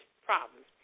problems